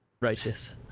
Righteous